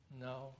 No